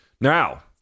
Now